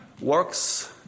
works